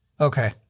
Okay